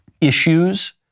issues